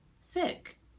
sick